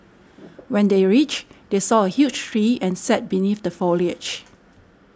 when they reached they saw a huge tree and sat beneath the foliage